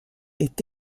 est